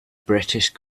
british